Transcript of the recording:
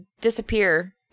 disappear